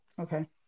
Okay